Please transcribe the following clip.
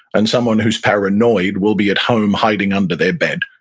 and someone who is paranoid will be at home hiding under their bed.